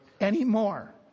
Anymore